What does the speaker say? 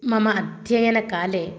मम अध्ययनकाले